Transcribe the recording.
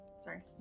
Sorry